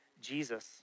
Jesus